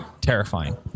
terrifying